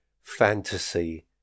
fantasy